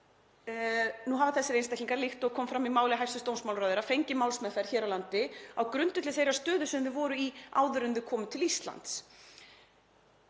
nú hafa þessir einstaklingar, líkt og kom fram í máli hæstv. dómsmálaráðherra, fengið málsmeðferð hér á landi á grundvelli þeirrar stöðu sem þau voru í áður en þau komu til Íslands